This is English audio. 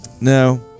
No